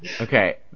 Okay